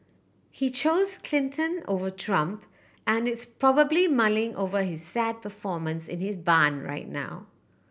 he chose Clinton over Trump and is probably mulling over his sad performance in his barn right now